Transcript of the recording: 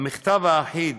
המכתב האחיד